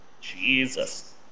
Jesus